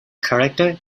character